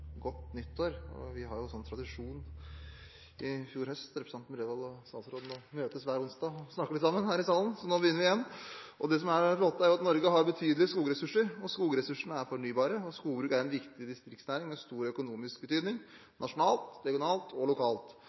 godt nytt år. Vi har jo hatt som tradisjon i fjor høst, representanten Bredvold og statsråden, å møtes hver onsdag og snakke litt sammen her i salen, og nå begynner vi igjen! Det som er det flotte er at Norge har betydelige skogressurser. Skogressursene er fornybare, og skogbruk er en viktig distriktsnæring med stor økonomisk betydning nasjonalt, regionalt og lokalt.